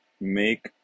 make